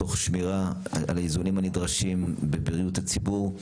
תוך שמירה על האיזונים הנדרשים בבריאות הציבור.